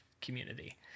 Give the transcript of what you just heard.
community